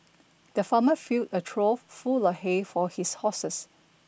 the farmer filled a trough full of hay for his horses